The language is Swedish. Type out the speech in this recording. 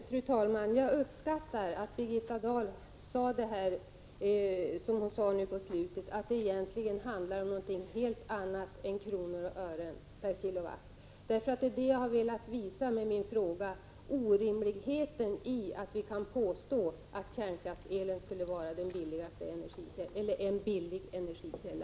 Fru talman! Jag uppskattar att Birgitta Dahl sade det hon sade på slutet, att det egentligen handlar om någonting helt annat än kronor och öre per kilowattimme. Det jag har velat visa med min fråga är just det orimliga i att påstå att kärnkraftsel skulle vara en billig och en rimlig energikälla.